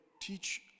teach